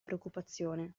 preoccupazione